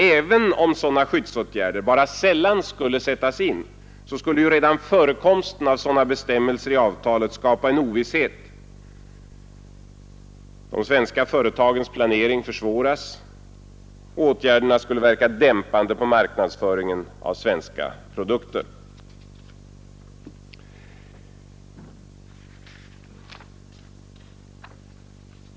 Även om sådana skyddsåtgärder bara sällan sattes in, skulle redan förekomsten av dessa bestämmelser i avtalet skapa en ovisshet. De svenska företagens planering skulle försvåras och skyddsåtgärderna skulle verka dämpande på marknadsföringen av svenska produkter.